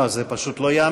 לא, זה פשוט לא ייאמן.